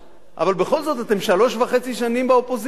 אבל בכל זאת, אתם שלוש שנים וחצי באופוזיציה,